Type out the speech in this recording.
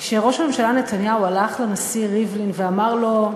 כשראש הממשלה נתניהו הלך לנשיא ריבלין ואמר לו: